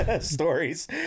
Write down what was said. stories